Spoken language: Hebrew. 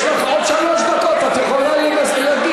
יש לך עוד שלוש דקות, את יכולה להגיד.